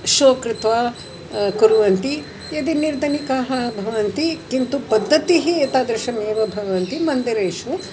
show कृत्वा कुर्वन्ति यदि निर्धनिकाः भवन्ति किन्तु पद्धतिः एतादृशमेव भवन्ति मन्दिरेषु